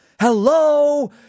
Hello